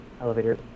Elevator